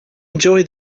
enjoy